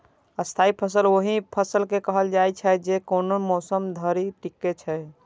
स्थायी फसल ओहि फसल के कहल जाइ छै, जे कोनो मौसम धरि टिकै छै